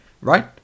right